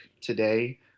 today